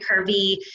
curvy